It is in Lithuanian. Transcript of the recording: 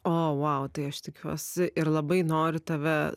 o tai aš tikiuosi ir labai noriu tave